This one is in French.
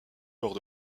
lors